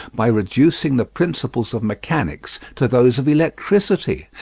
by reducing the principles of mechanics to those of electricity,